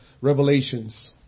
Revelations